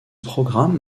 programme